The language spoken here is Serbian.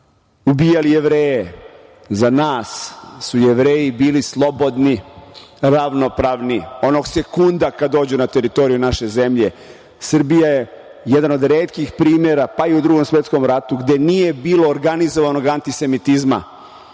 ubijali Jevreje, za nas su Jevreji slobodni, ravnopravni, onog sekunda kada dođu na teritoriju naše zemlje. Srbija je jedan od retkih primera, pa i u Drugom svetskom ratu gde nije bilo organizovanog antisemitizma.